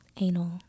anal